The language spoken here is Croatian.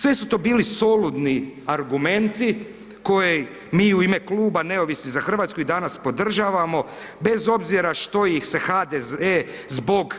Sve su to bili soludni argumenti koje mi u ime kluba Neovisni za Hrvatsku i danas podržavamo, bez obzira što ih se HDZ zbog